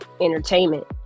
entertainment